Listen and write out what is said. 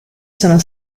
sono